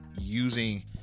using